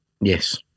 Yes